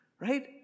right